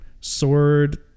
sword